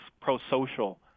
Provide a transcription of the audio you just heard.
pro-social